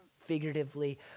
figuratively